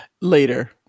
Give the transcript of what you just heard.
later